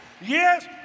Yes